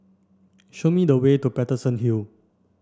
show me the way to Paterson Hill